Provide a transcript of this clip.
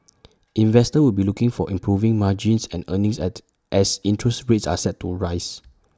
investors will be looking for improving margins and earnings at as interest rates are set to rise